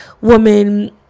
women